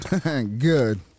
Good